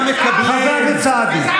חבר הכנסת סעדי,